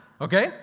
okay